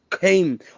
came